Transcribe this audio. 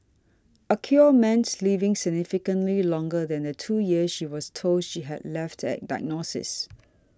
a cure meant living significantly longer than the two years she was told she had left at diagnosis